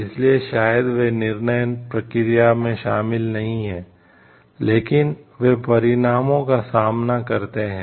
इसलिए शायद वे निर्णय प्रक्रिया में शामिल नहीं हैं लेकिन वे परिणामों का सामना करते हैं